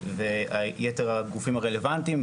ויתר הגופים הרלוונטיים,